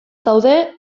zaude